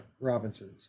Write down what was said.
Robinsons